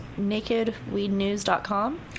nakedweednews.com